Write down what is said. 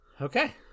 okay